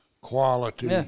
quality